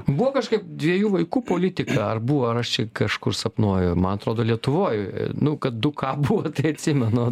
buvo kažkaip dviejų vaikų politika ar buvo ar aš čia kažkur sapnuoju man atrodo lietuvoj nu kad du ka buvo tai atsimenu